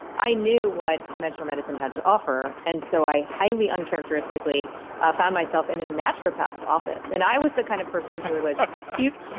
i knew what conventional medicine had to offer and so i highly uncharacteristically ah found myself in a naturopaths office and i was the kind of person who was huge,